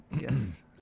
Yes